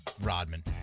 Rodman